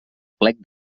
plec